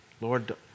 Lord